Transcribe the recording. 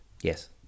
Yes